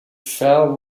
fell